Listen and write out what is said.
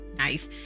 knife